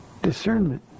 discernment